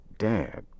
Dad